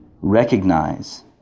recognize